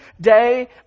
day